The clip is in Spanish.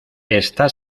está